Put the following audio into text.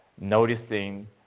noticing